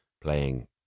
playing